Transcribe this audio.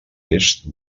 est